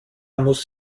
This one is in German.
muss